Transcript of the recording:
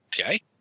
okay